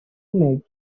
make